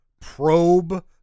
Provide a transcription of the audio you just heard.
Probe